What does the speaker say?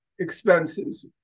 Expenses